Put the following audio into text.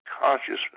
consciousness